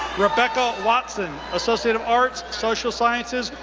rebecca watson, associate of arts, social sciences,